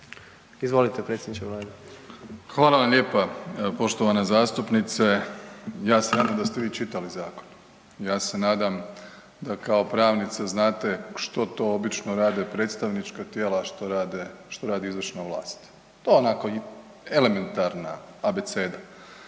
**Plenković, Andrej (HDZ)** Hvala vam lijepa poštovana zastupnice. Ja se nadam da ste vi čitali zakon. Ja se nadam da kao pravnica znate što to obično rade predstavnička tijela, a što rade, što radi izvršna vlast. To onako i elementarna abeceda,